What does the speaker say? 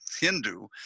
Hindu